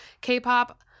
K-pop